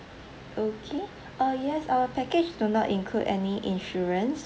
okay uh yes our package do not include any insurance